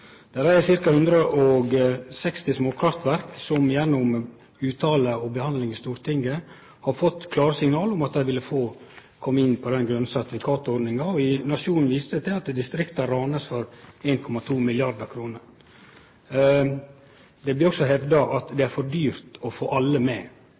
Det er ca. 160 småkraftverk som gjennom uttale og behandling i Stortinget har fått klare signal om at dei vil kome inn på den grøne sertifikatordninga. Nationen viste til at distrikta blir rana for 1,2 mrd. kr. Det blir også hevda at det er for dyrt å få alle med.